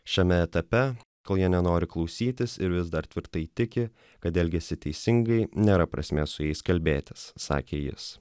šiame etape kol jie nenori klausytis ir vis dar tvirtai tiki kad elgiasi teisingai nėra prasmės su jais kalbėtis sakė jis